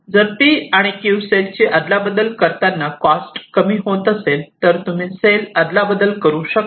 जर 'p' आणि 'q' सेलची अदलाबदल करतांना कॉस्ट कमी होत असे तर तुम्ही सेल आदला बदल करू शकता